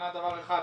מבחינת דבר אחד,